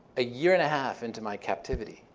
a year and a half into my captivity,